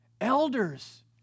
elders